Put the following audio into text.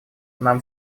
нам